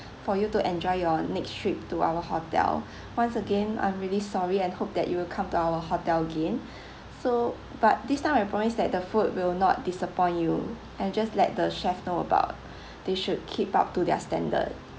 for you to enjoy your next trip to our hotel once again I'm really sorry and hope that you will come to our hotel again so but this time I promise that the food will not disappoint you and just let the chef know about they should keep up to their standard